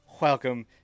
welcome